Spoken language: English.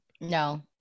No